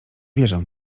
wierzę